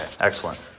excellent